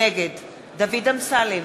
נגד דוד אמסלם,